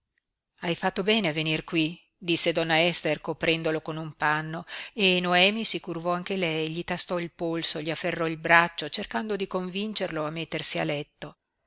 hai fatto bene a venir qui disse donna ester coprendolo con un panno e noemi si curvò anche lei gli tastò il polso gli afferrò il braccio cercando di convincerlo a mettersi a letto